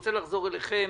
רוצה לחזור אליכם,